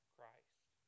Christ